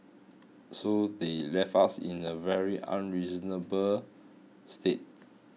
so they left us in a very unreasonable state